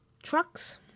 trucks